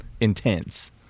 intense